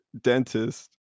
dentist